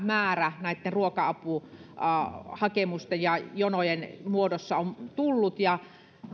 määrä näitten ruoka apuhakemusten ja jonojen muodossa on tullut ja